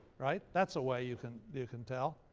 right? that's a way you can you can tell.